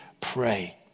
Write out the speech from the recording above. pray